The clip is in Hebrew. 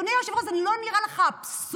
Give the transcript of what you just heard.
אדוני היושב-ראש, זה לא נראה לך אבסורד?